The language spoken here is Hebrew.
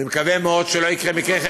גם לא יקרה.